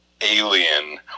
alien